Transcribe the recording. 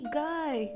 guy